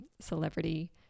celebrity